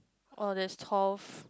oh that's tough